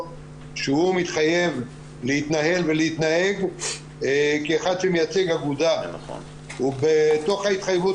שהוא מתחייב להתנהל ולהתנהג כאחד שמייצג אגודה ובתוך ההתחייבות